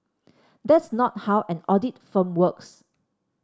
that's not how an audit firm works